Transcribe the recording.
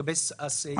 לגבי הסעיף של השרים.